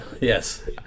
Yes